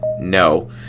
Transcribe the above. No